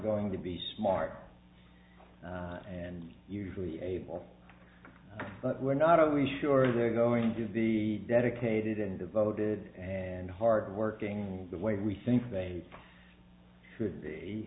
going to be smart and usually able but we're not always sure they're going to be dedicated and devoted and hardworking in the way we think they should be